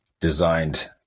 designed